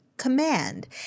command